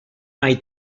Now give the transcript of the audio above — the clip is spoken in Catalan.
mai